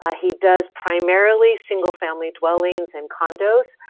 ah he does primarily single family dwellings and condos.